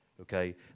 okay